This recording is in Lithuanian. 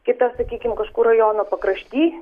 kita sakykim kažkur rajono pakrašty